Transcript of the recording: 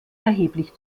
erheblich